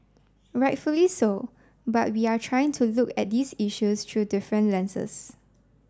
rightfully so but we are trying to look at these issues through different lenses